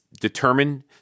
determine